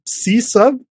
C-sub